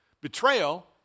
Betrayal